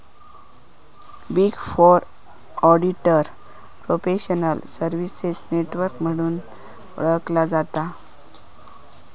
big four auditor professional services network म्हणून पण ओळखला जाता